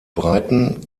breiten